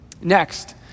Next